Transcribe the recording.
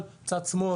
שבירה של תשתיות וכו'.